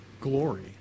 glory